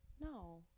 No